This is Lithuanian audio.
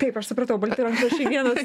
taip aš supratau balti rankšluosčiai vienas